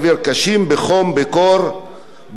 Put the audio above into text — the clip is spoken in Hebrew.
נוסף על המאמץ הפיזי הקשה.